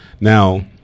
Now